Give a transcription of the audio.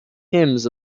hymns